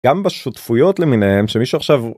גם בשותפויות למיניהם שמישהו עכשיו.